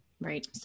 Right